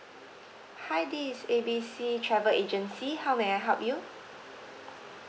hi this is A B C travel agency how may I help you